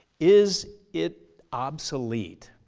is it obsolete?